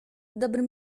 dobrym